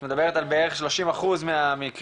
את מדברת על בערך 30 אחוז מהמקרים,